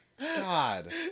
god